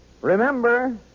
Remember